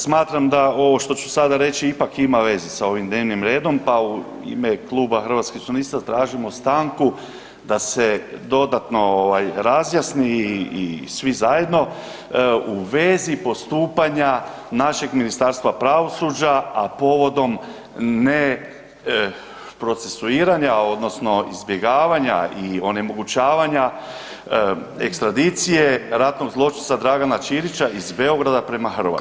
Smatram da ovo što ću sada reći ipak ima veze sa ovim dnevnim redom pa u ime kluba Hrvatskih suverenista tražimo stanku da se dodatno razjasni i svi zajedno u vezi postupanja našeg Ministarstva pravosuđa, a povodom neprocesuiranja odnosno izbjegavanja i onemogućavanja ekstradicije ratnog zločinca Dragana Ćirića iz Beograda prema Hrvatskoj.